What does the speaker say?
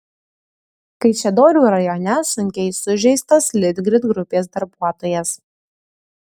kaišiadorių rajone sunkiai sužeistas litgrid grupės darbuotojas